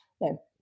No